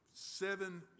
Seven